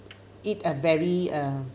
it a very uh